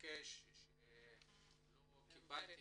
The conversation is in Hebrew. לא קיבלתי